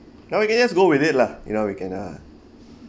now you can just go with it lah you know we can ah